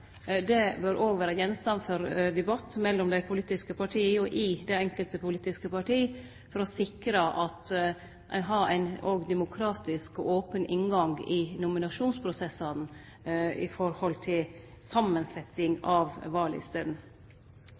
Det bør òg vere gjenstand for debatt mellom dei politiske partia og i det enkelte politiske parti, for å sikre at ein har ein demokratisk og open inngang til nominasjonsprosessane i forhold til samansetjing av vallistene.